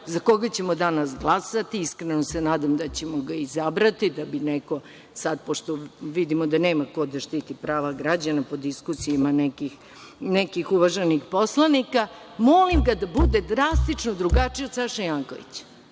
za koga ćemo danas glasati i iskreno se nadam da ćemo ga izabrati, pošto vidimo da nema ko da štiti prava građana po diskusijama nekih uvaženih poslanika, molim ga da bude drastično drugačiji od Saše Jankovića,